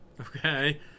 okay